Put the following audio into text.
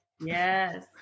Yes